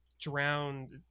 drowned